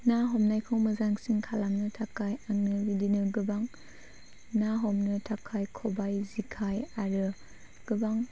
ना हमनायखौ मोजांसिन खालामनो थाखाय आंनो बिदिनो गोबां ना हमनो थाखाय खबाय जेखाइ आरो गोबां